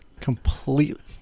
completely